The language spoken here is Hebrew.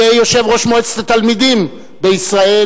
יהיה יושב-ראש מועצת התלמידים בישראל.